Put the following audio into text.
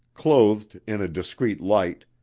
clothed in a discreet light,